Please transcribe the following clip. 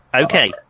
Okay